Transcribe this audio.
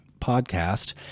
podcast